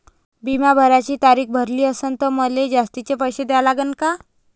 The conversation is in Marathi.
बिमा भराची तारीख भरली असनं त मले जास्तचे पैसे द्या लागन का?